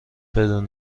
بدون